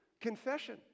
Confession